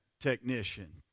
technician